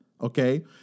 okay